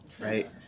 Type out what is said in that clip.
right